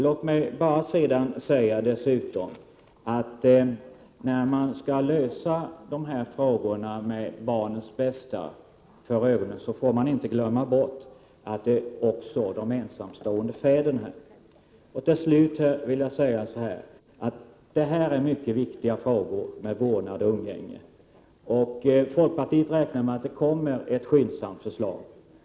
Låt mig dessutom säga att man när man skall försöka lösa dessa problem med barnens bästa för ögonen inte får glömma bort att också beakta de ensamstående fädernas situation. Jag vill avslutningsvis framhålla att frågorna om vårdnad och umgänge är mycket viktiga. Folkpartiet räknar med att det skyndsamt kommer ett förslag.